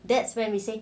that's when we say